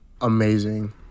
amazing